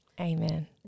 Amen